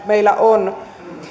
meillä on